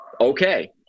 Okay